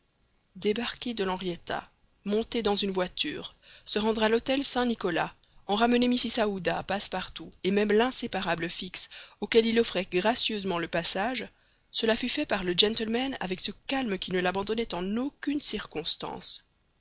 débarquer de l'henrietta monter dans une voiture se rendre à l'hôtel saint-nicolas en ramener mrs aouda passepartout et même l'inséparable fix auquel il offrait gracieusement le passage cela fut fait par le gentleman avec ce calme qui ne l'abandonnait en aucune circonstance